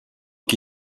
qui